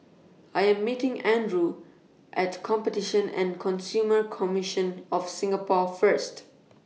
I Am meeting Andrew At Competition and Consumer Commission of Singapore First